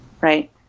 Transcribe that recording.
right